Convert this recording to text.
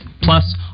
Plus